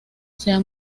sea